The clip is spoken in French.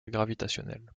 gravitationnelle